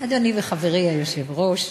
אדוני וחברי היושב-ראש,